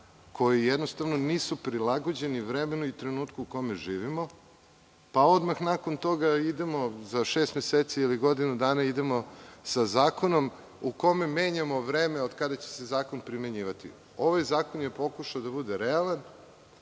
koji jednostavno nisu prilagođeni vremenu i trenutku u kome živimo, pa odmah nakon toga idemo za šest meseci ili godinu dana sa zakonom u kome menjamo vreme kada će se zakon primenjivati. Ovaj zakon je pokušao da bude realan,